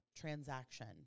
transaction